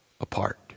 apart